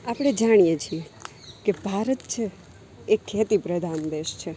આપણે જાણીએ છે કે ભારત છે એ ખેતી પ્રધાન દેશ છે